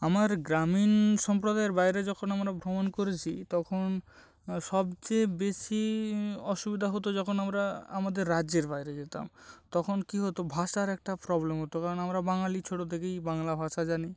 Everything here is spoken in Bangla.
আমার গ্রামীণ সম্প্রদায়ের বাইরে যখন আমরা ভ্রমণ করেছি তখন সবচেয়ে বেশি অসুবিধা হতো যখন আমরা আমাদের রাজ্যের বাইরে যেতাম তখন কি হতো ভাষার একটা প্রবলেম হতো কারণ আমরা বাঙালি ছোট থেকেই বাংলা ভাষা জানি